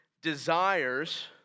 desires